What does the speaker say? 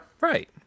Right